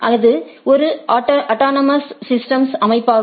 இது ஒரு autonomous systems அமைப்பாகும்